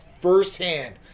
firsthand